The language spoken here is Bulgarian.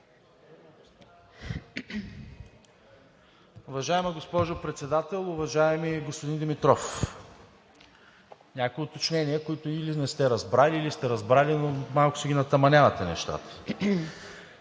Уважаема госпожо Председател! Уважаеми господин Димитров, някои уточнения, които или не сте разбрали, или сте разбрали, но малко си натамънявате нещо.